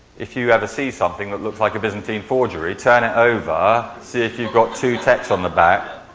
if you ever see something that looks like a byzantine forgery, turn it over, see if you've got two texts on the back,